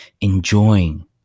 enjoying